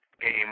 game